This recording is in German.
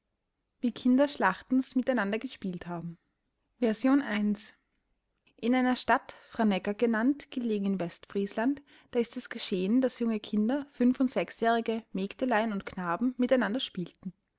wie kinder schlachtens mit einander gespielt haben i in einer stadt franecker genannt gelegen in westfriesland da ist es geschehen daß junge kinder fünf und sechsjährige mägdelein und knaben mit einander spielten